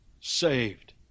saved